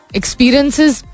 experiences